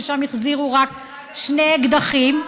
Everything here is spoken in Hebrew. שם החזירו רק שני אקדחים.